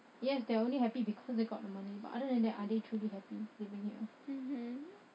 yes they are only happy because they got the money but other than that are they truly happy living here